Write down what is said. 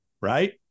right